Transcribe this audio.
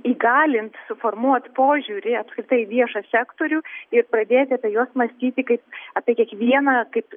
įgalint suformuot požiūrį apskritai viešą sektorių ir pradėti apie juos mąstyti kaip apie kiekvieną kaip